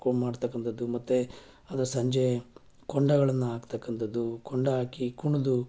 ಕೋಮ್ ಮಾಡ್ತಕ್ಕಂಥದ್ದು ಮತ್ತು ಅದ್ರ ಸಂಜೆ ಕೊಂಡಗಳನ್ನು ಹಾಕ್ತಕ್ಕಂಥದ್ದು ಕೊಂಡ ಹಾಕಿ ಕುಣಿದು